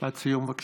משפט סיום, בבקשה.